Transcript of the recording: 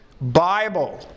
Bible